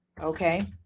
Okay